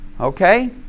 okay